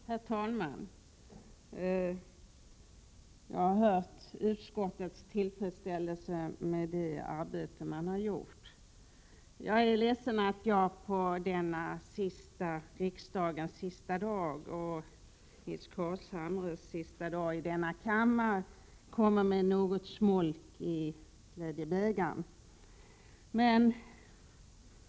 Herr talman! Jag har hört utskottets tillfredsställelse med det arbete som utskottet har utfört. Jag är ledsen att jag på denna riksmötets sista dag, och Nils Carlshamres sista dag i denna kammare, kommer med smolk i glädjebägaren.